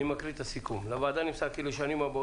אני מקריא את הסיכום: לוועדה נמסר כי בתכניות